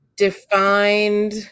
defined